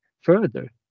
further